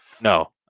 No